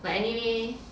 but anyway